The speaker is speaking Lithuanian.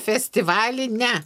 festivalį ne